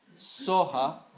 Soha